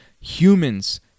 Humans